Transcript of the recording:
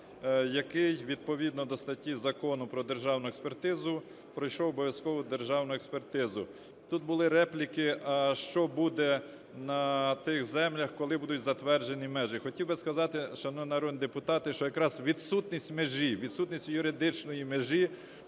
який, відповідно до статті Закону про державну експертизу пройшов обов'язкову державну експертизу. Тут були репліки, а що буде на тих землях, коли будуть затверджені межі. Хотів би сказати, шановні народні депутати, що якраз відсутність межі, відсутність юридичної межі